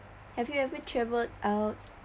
have you ever travel out